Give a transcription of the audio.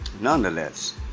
Nonetheless